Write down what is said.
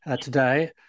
today